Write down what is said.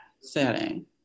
setting